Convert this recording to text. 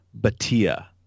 Batia